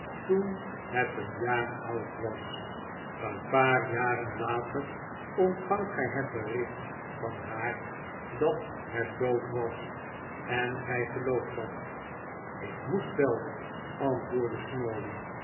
toen het een jaar oud was een paar jaren later ontvangt gij het bericht van haar dat het dood was en gij geloof t dat ik moest wel antwoordde